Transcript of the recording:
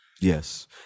Yes